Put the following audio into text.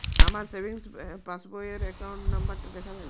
আমার সেভিংস পাসবই র অ্যাকাউন্ট নাম্বার টা দেখাবেন?